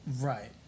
Right